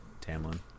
tamlin